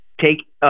take